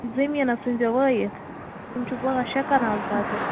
زٔمیٖنَس ژھُنۍ زیٚو وٲیِتھ تِم چھِ پانٛژھ شےٚ کَنال تَتہِ